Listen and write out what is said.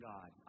God